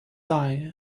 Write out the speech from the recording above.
lie